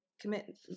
commit